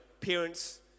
parents